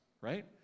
Right